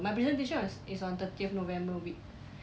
my presentation was is on thirtieth november week